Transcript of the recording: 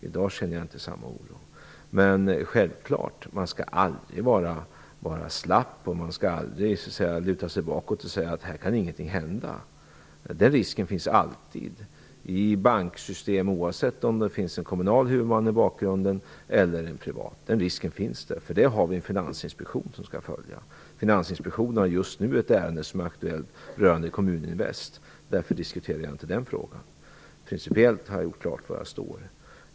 I dag känner jag inte samma oro. Men man skall självklart aldrig vara slapp och luta sig bakåt och säga att ingenting kan hända. Den risken finns alltid i banksystem, oavsett om det finns en kommunal huvudman i bakgrunden eller en privat. Den risken finns. Detta har vi en finansinspektion som skall följa. Finansinspektionen har just nu ett ärende som är aktuellt rörande Kommuninvest. Därför diskuterar jag inte den frågan. Principiellt har jag gjort klart var jag står.